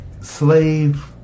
slave